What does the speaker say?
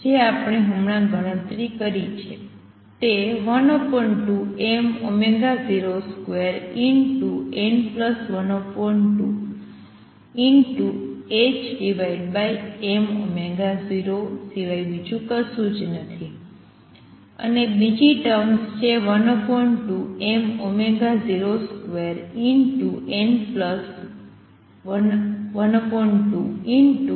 જે આપણે હમણાં ગણતરી કરી છે તે 12mω02n12 ℏm0 સિવાય બીજું કશું જ નથી અને બીજી ટર્મ છે 12mω02n12 ℏm0